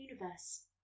universe